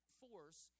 force